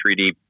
3D